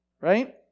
right